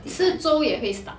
吃粥也会 stuck